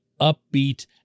upbeat